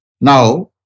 Now